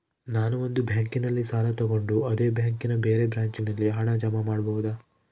ನಾನು ಒಂದು ಬ್ಯಾಂಕಿನಲ್ಲಿ ಸಾಲ ತಗೊಂಡು ಅದೇ ಬ್ಯಾಂಕಿನ ಬೇರೆ ಬ್ರಾಂಚಿನಲ್ಲಿ ಹಣ ಜಮಾ ಮಾಡಬೋದ?